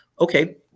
Okay